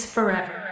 Forever